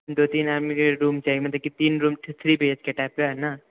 दू तीन आदमी जरी रूम चाही मतलब की तीन रूम थ्री बी एच के टाइपके न